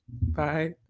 Bye